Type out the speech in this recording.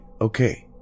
okay